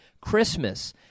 Christmas